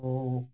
ଓ